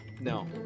No